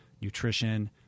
nutrition